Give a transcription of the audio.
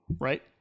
right